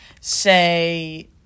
say